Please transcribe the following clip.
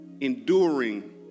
enduring